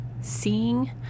seeing